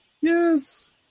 Yes